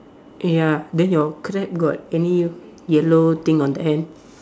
ya then your crab got any yellow thing on the hand